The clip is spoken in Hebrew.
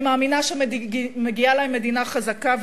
אני מאמינה שמגיעה להם מדינה חזקה,